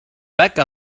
بكى